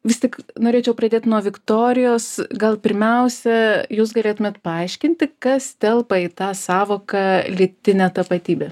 vis tik norėčiau pradėt nuo viktorijos gal pirmiausia jūs galėtumėt paaiškinti kas telpa į tą sąvoką lytinė tapatybė